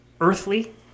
earthly